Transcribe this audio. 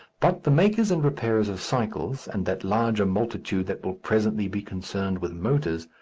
but the makers and repairers of cycles, and that larger multitude that will presently be concerned with motors,